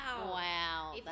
Wow